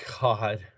God